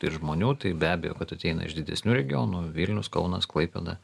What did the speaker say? ir žmonių tai be abejo kad ateina iš didesnių regionų vilnius kaunas klaipėda